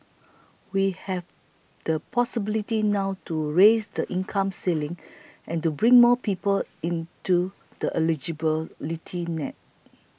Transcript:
we have the possibility now to raise the income ceiling and bring more people into the eligibility net